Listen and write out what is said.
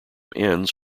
ends